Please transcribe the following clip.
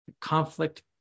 conflict